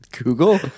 google